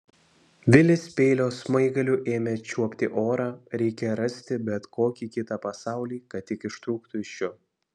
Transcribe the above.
vilis peilio smaigaliu ėmė čiuopti orą reikia rasti bet kokį kitą pasaulį kad tik ištrūktų iš šio